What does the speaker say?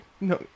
no